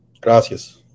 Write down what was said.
Gracias